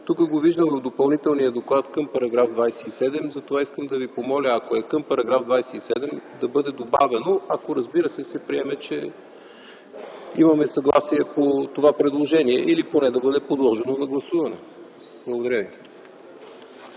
Тук го виждам в допълнителния доклад – към § 27. Затова искам да ви помоля, ако е към § 27, да бъде добавено, ако, разбира се, се приеме, че имаме съгласие по това предложение. Или поне да бъде подложено на гласуване. Благодаря ви.